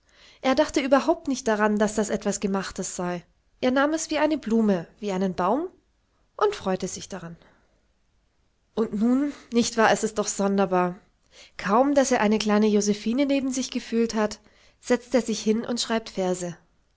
er dachte überhaupt nicht daran daß das etwas gemachtes sei er nahm es wie eine blume wie einen baum und freute sich dran und nun nicht wahr es ist doch sonderbar kaum daß er eine kleine josephine neben sich gefühlt hat setzt er sich hin und schreibt verse